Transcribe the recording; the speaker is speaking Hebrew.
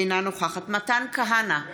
אינה נוכחת מתן כהנא,